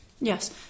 Yes